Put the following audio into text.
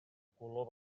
color